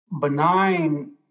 benign